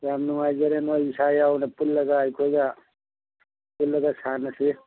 ꯌꯥꯝ ꯅꯨꯡꯉꯥꯏꯖꯔꯦ ꯅꯣꯏ ꯏꯁꯥ ꯌꯥꯎꯅ ꯄꯨꯜꯂꯒ ꯑꯩꯈꯣꯏꯒ ꯄꯨꯜꯂꯒ ꯁꯥꯟꯅꯁꯤ